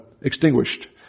extinguished